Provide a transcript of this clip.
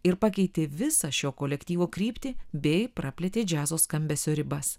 ir pakeitė visą šio kolektyvo kryptį bei praplėtė džiazo skambesio ribas